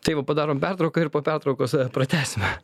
tai va padarom pertrauką ir po pertraukos pratęsime